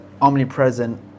omnipresent